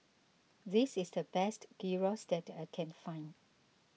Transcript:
this is the best Gyros that I can find